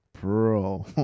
bro